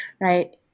right